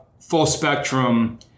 full-spectrum